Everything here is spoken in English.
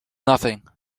nothing